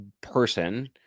person